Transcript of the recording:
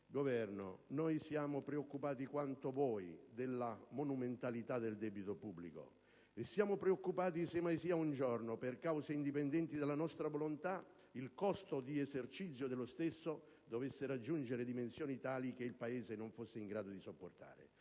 Governo, siamo preoccupati quanto voi della monumentalità del debito pubblico e siamo preoccupati se un giorno, per cause indipendenti dalla nostra volontà, il costo di esercizio dello stesso dovesse raggiungere dimensioni tali che il Paese non fosse in grado di sopportare.